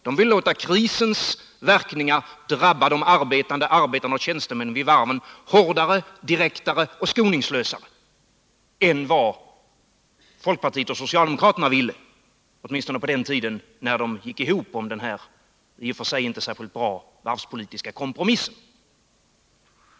De vill låta krisens verkningar drabba arbetarna och tjänstemännen vid varven hårdare, direktare och skoningslösare än vad folkpartiet och socialdemokraterna ville, åtminstone på den tiden när de gick ihop om den här i och för sig inte särskilt goda varvspolitiska kompromissen.